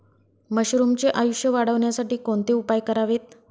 मशरुमचे आयुष्य वाढवण्यासाठी कोणते उपाय करावेत?